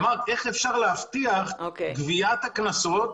אמרת: איך אפשר להבטיח את גביית הקנסות,